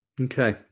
Okay